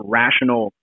rational